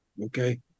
Okay